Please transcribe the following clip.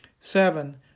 Seven